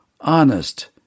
honest